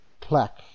plaque